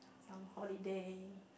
some holiday